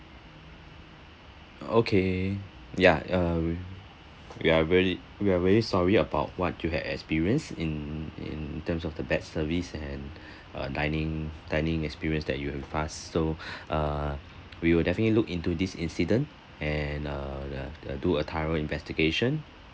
okay ya uh we we are very we are very sorry about what you have experienced in in terms of the bad service and uh dining dining experience that you had with us so uh we will definitely look into this incident and uh uh uh do a thorough investigation